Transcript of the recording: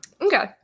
Okay